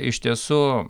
iš tiesų